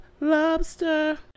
lobster